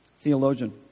theologian